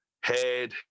head